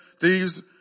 Thieves